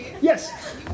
Yes